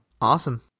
Awesome